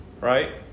Right